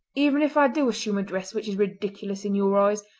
even if i do assume a dress which is ridiculous in your eyes,